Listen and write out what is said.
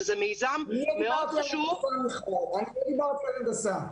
שזה מיזם חשוב מאוד --- אני לא דיברתי על הנדסה.